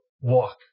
walk